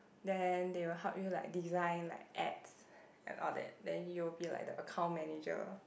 then they will help you like design like apps and all that then you'll be like the account manager